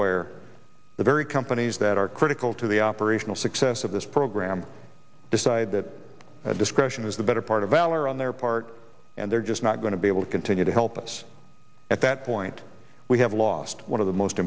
where the very companies that are critical to the operational success of this program decide that discretion is the better part of valor on their part and they're just not going to be able to continue to help us at that point we have lost one of the most